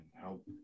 help